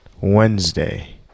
Wednesday